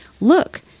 look